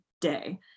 day